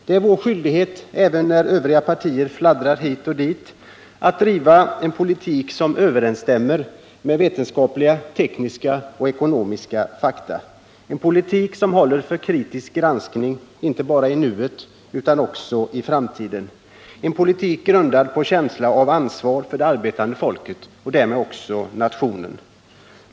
Det är vår skyldighet — även när övriga partier fladdrar hit och dit — att driva en politik som överensstämmer med vetenskapliga, tekniska och ekonomiska fakta, en politik som håller för kritisk granskning inte bara i nuet utan också i framtiden, en politik grundad på en känsla av ansvar för det arbetande folket och därmed också för nationen.